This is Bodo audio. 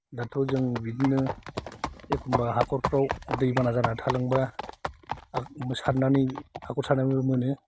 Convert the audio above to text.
दाथ' जों बिदिनो एखनबा हाखरफ्राव दै बाना जाना थालांबा सारनानै हाखर सारनाबो मोनो